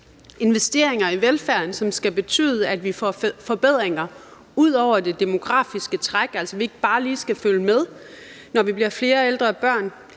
investeringer i velfærden, som skal betyde, at vi får forbedringer ud over det demografiske træk, at vi altså ikke bare lige skal følge med, når der bliver flere ældre og